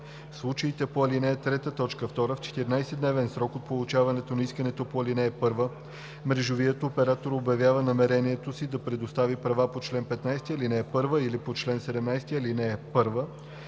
случаите по ал. 3, т. 2 в 14-дневен срок от получаване на искането по ал. 1 мрежовият оператор обявява намерението си да предостави права по чл. 15, ал. 1 или по чл. 17, ал. 1